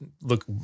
look